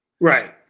Right